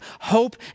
hope